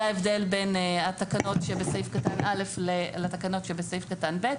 זה ההבדל בין התקנות שבסעיף קטן (א) לתקנות שבסעיף קטן (ב).